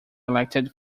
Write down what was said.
elected